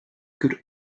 could